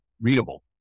readable